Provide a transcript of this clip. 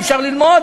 אי-אפשר ללמוד,